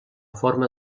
forma